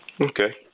Okay